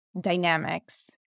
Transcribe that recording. dynamics